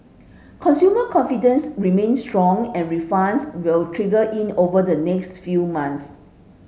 consumer confidence remains strong and refunds will trickle in over the next few months